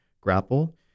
grapple